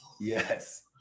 Yes